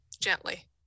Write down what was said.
Gently